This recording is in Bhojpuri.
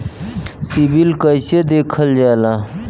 सिविल कैसे देखल जाला?